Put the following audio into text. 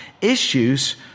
issues